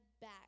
back